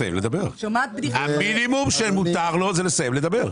שומעת- -- המינימום שמותר לו זה לסיים לדבר.